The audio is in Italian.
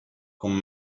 con